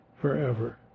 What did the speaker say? forever